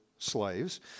slaves